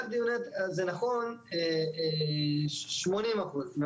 זה נכון 80 אחוז,